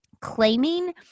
claiming